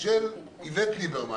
של איבט ליברמן,